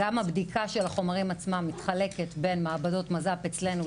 גם הבדיקה של החומרים עצמם מתחלקת בין מעבדות מז"פ אצלנו,